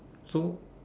so